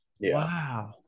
Wow